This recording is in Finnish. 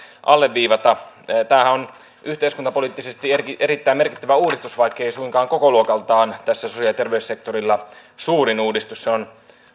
alleviivata tämähän on yhteiskuntapoliittisesti erittäin merkittävä uudistus vaikkei suinkaan kokoluokaltaan tässä sosiaali ja terveyssektorilla suurin uudistus se on